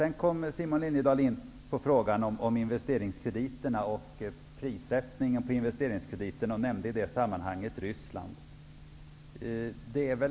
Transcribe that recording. Simon Liliedahl kom sedan in på frågan om investeringskrediterna och prissättningen på investeringskrediterna, och han nämnde i det sammanhanget Ryssland.